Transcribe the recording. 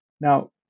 Now